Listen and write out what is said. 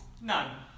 None